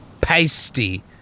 pasty